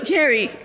Jerry